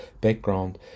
background